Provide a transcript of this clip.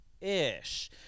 ish